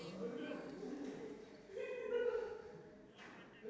okay I get it okay is there any ask me the question